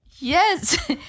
Yes